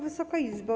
Wysoka Izbo!